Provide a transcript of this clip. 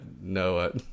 no